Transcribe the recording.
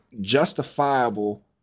justifiable